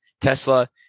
Tesla